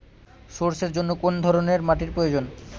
সরষের জন্য কোন ধরনের মাটির প্রয়োজন?